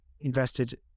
invested